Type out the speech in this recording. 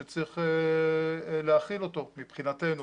הוא אירוע שצריך להכיל אותו מבחינתנו